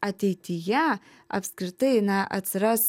ateityje apskritai na atsiras